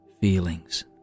feelings